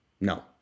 no